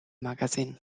magazine